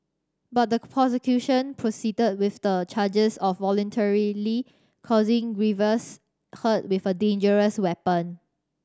but the prosecution proceeded with the charges of voluntarily causing grievous hurt with a dangerous weapon